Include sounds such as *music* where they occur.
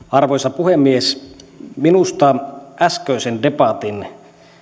*unintelligible* arvoisa puhemies minusta äskeisen debatin voi